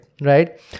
right